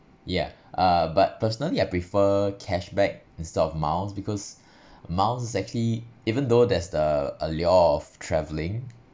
yeah uh but personally I prefer cashback instead of miles because miles actually even though there's the allure of travelling